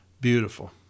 Beautiful